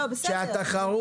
מי התיר לה?